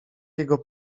jego